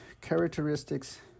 characteristics